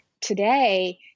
today